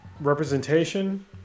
representation